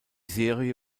serie